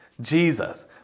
Jesus